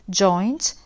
joints